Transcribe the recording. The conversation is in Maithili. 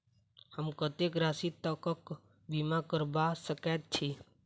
हम कत्तेक राशि तकक बीमा करबा सकैत छी?